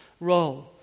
role